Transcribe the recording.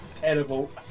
Terrible